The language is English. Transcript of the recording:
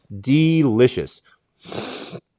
Delicious